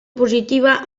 positiva